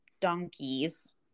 donkeys